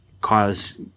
cause –